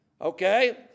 Okay